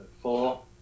four